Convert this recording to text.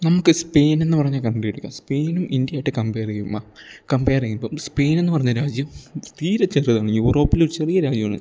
നമുക്ക് സ്പെയിൻ എന്ന് പറഞ്ഞ കൺട്രി എടുക്കാം സ്പെയിനും ഇന്ത്യ ആയിട്ട് കംപയർ ചെയ്യുമ്പം കംപയർ ചെയ്യുമ്പം സ്പെയിൻ എന്ന് പറഞ്ഞ രാജ്യം തീരെ ചെറിയതാണ് യൂറോപ്പിലൊരു ചെറിയ രാജ്യമാണ്